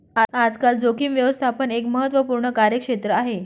आजकाल जोखीम व्यवस्थापन एक महत्त्वपूर्ण कार्यक्षेत्र आहे